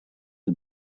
had